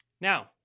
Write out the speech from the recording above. Now